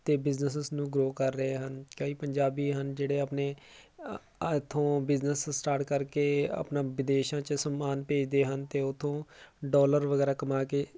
ਅਤੇ ਬਿਜ਼ਨਸਸ ਨੂੰ ਗਰੋ ਕਰ ਰਹੇ ਹਨ ਕਈ ਪੰਜਾਬੀ ਹਨ ਜਿਹੜੇ ਆਪਣੇ ਇੱਥੋਂ ਬਿਜਨਸ ਸਟਾਰਟ ਕਰਕੇ ਆਪਣਾ ਵਿਦੇਸ਼ਾਂ 'ਚ ਸਮਾਨ ਭੇਜਦੇ ਹਨ ਅਤੇ ਉੱਥੋਂ ਡਾਲਰ ਵਗੈਰਾ ਕਮਾ ਕੇ